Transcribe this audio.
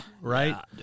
right